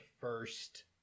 first